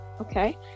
okay